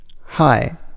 Hi